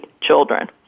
children